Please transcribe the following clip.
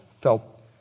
felt